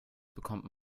bekommt